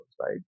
Right